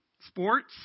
Sports